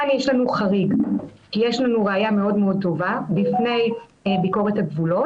כאן יש לנו חריג כי יש לנו ראיה מאוד מאוד טובה בפני ביקורת הגבולות,